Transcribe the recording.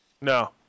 No